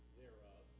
thereof